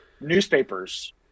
newspapers